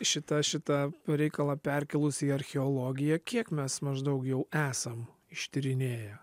šitą šitą reikalą perkėlus į archeologiją kiek mes maždaug jau esam ištyrinėję